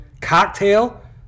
cocktail